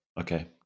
Okay